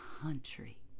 country